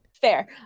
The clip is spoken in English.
Fair